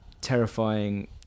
terrifying